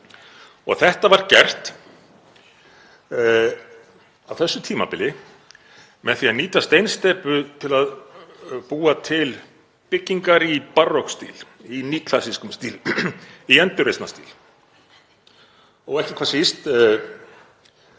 Þetta var gert á þessu tímabili með því að nýta steinsteypu til að búa til byggingar í barokkstíl, í nýklassískum stíl, í endurreisnarstíl og ekki hvað síst